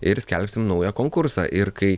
ir skelbsim naują konkursą ir kai